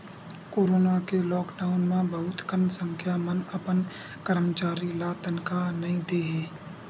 corona के lockdown म बहुत कन संस्था मन अपन करमचारी ल तनखा नइ दे हे